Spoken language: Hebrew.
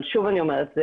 אבל שוב אני אומרת,